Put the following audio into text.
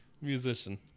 musician